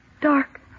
dark